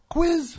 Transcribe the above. Quiz